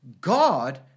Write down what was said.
God